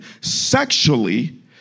sexually